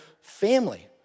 family